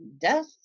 death